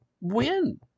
win